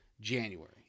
January